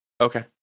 Okay